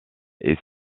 est